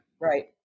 Right